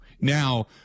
Now